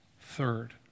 Third